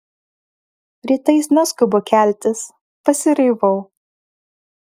rytais neskubu keltis pasiraivau